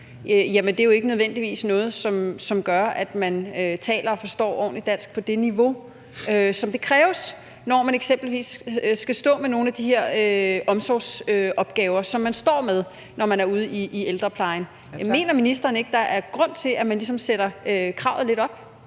nødvendigvis er noget, som gør, at man taler og forstår ordentligt dansk på det niveau, som kræves, når man eksempelvis skal stå med nogle af de her omsorgsopgaver, som man står med, når man er ude i ældreplejen. Mener ministeren ikke, at der er grund til, at man ligesom sætter kravet lidt op?